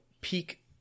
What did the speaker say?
peak